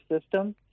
system